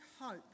hope